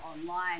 online